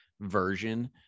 version